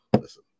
listen